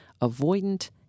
avoidant